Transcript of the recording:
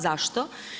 Zašto?